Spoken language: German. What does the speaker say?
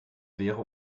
wäre